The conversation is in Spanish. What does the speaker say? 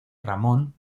ramón